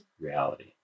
reality